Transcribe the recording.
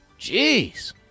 Jeez